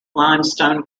limestone